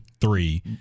Three